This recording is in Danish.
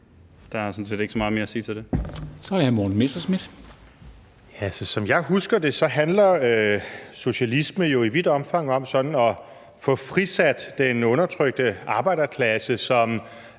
er det hr. Morten Messerschmidt. Kl. 14:11 Morten Messerschmidt (DF): Som jeg husker det, handler socialisme jo i vidt omfang om at få frisat den undertrykte arbejderklasse, som